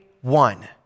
one